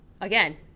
again